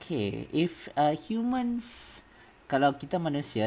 K if a human's kalau kita manusia tak payah macam err kerja lah then err what would you want to do